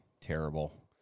terrible